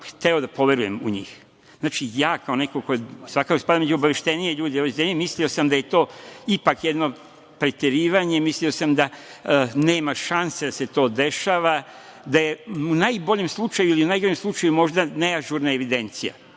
hteo da poverujem u njih. Znači, ja kao neko ko… svakako spada među obaveštenije ljude u ovoj zemlji, mislio sam da je to ipak jedno preterivanje, mislio sam da nema šanse da se to dešava, da je u najboljem slučaju ili najgorem slučaju, možda, neažurna evidencija.